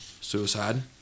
suicide